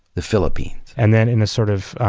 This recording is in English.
the philippines. and then in a sort of,